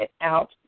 out